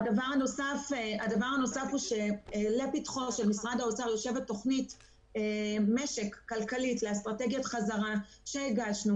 לפתחו של משרד האוצר מונחת תכנית כלכלית לאסטרטגיית חזרה שהגשנו.